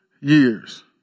years